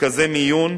מרכזי מיון,